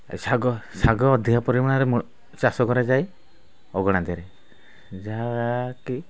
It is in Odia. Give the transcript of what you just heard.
ଶାଗ ଶାଗ ଅଧିକ ପରିମାଣରେ ଚାଷ କରାଯାଏ ଅଗଣା ଦେହରେ ଯାହାକି